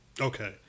Okay